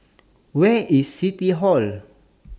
Where IS City Hall